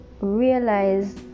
realize